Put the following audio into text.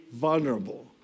vulnerable